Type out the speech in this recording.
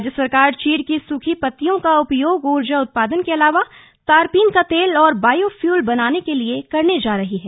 राज्य सरकार चीड़ की सूखी पत्तियों का उपयोग ऊर्जा उत्पादन के अलावा तारपीन का तेल और बायोफ्यूल बनाने के लिए करने जा रही है